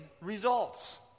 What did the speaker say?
results